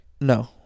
No